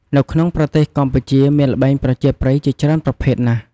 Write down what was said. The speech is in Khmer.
នៅក្នុងប្រទេសកម្ពុជា មានល្បែងប្រជាប្រិយជាច្រើនប្រភេទណាស់។